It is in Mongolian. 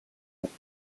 ордог